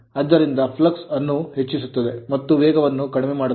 ಆದ್ದರಿಂದ flux flux ಅನ್ನು ಹೆಚ್ಚಿಸುತ್ತದೆ ಮತ್ತು ವೇಗವನ್ನು ಕಡಿಮೆ ಮಾಡುತ್ತದೆ